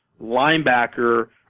linebacker